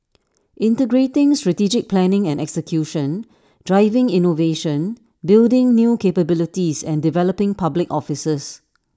integrating strategic planning and execution driving innovation building new capabilities and developing public officers